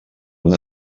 una